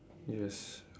yes